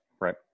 right